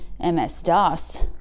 MS-DOS